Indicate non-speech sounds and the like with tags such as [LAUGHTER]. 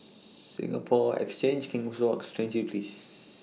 [NOISE] Singapore Exchange King's Walk Stangee Place [NOISE]